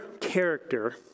character